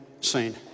seen